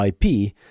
ip